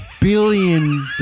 Billion